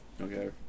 Okay